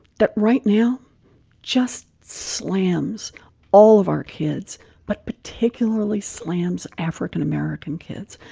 that right now just slams all of our kids but particularly slams african american kids.